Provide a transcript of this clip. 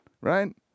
right